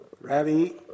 Ravi